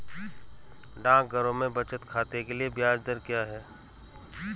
डाकघरों में बचत खाते के लिए ब्याज दर क्या है?